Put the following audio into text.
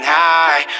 high